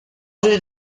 did